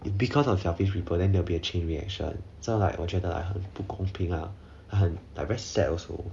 it's because of selfish people then there will be a chain reaction so like 我觉得 like 很不公平 ah 很 like very sad also